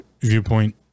viewpoint